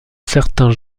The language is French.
certains